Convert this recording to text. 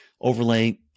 overlay